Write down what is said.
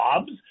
jobs